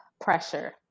pressure